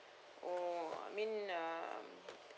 oh I mean uh